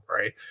right